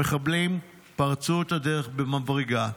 המחבלים פרצו את הדרך במברגה.